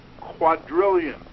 quadrillion